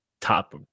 top